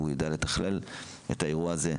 שהוא יידע לתכלל את האירוע הזה?